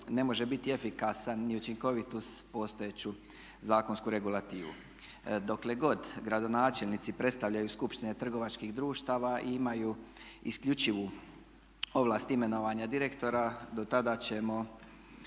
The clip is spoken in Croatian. ne može biti efikasan i učinkovit uz postojeću zakonsku regulativu. Dokle god gradonačelnici predstavljaju skupštine trgovačkih društava i imaju isključivu ovlast imenovanja direktora dotada će